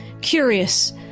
Curious